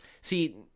See